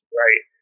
right